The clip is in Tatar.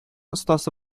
остасы